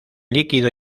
líquido